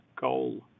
goal